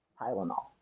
Tylenol